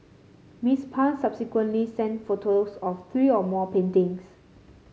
Miss Pang subsequently sent photos of three or more paintings